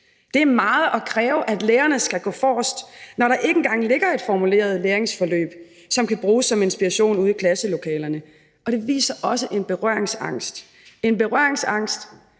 Det er meget at kræve, at lærerne skal gå forrest, når der ikke engang ligger et formuleret læringsforløb, som kan bruges som inspiration ude i klasselokalerne. Og det viser også en berøringsangst, en berøringsangst,